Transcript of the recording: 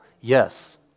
Yes